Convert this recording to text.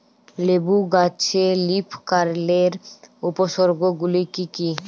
লেবু গাছে লীফকার্লের উপসর্গ গুলি কি কী?